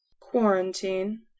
Quarantine